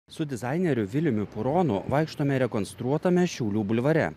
su dizaineriu viliumi puronu vaikštome rekonstruotame šiaulių bulvare